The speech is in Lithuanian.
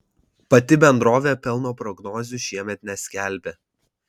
pati bendrovė pelno prognozių šiemet neskelbė